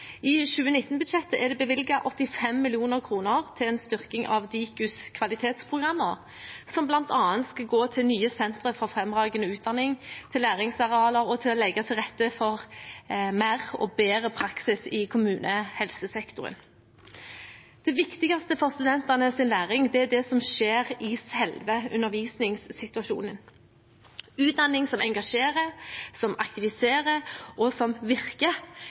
I 2019-budsjettet er det bevilget 85 mill. kr til en styrking av Dikus kvalitetsprogrammer, som bl.a. skal gå til nye Sentre for fremragende utdanning, til læringsarealer og til å legge til rette for mer og bedre praksis i kommunehelsesektoren. Det viktigste for studentenes læring er det som skjer i selve undervisningssituasjonen. Utdanning som engasjerer, aktiviserer og virker,